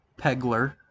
Pegler